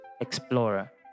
Explorer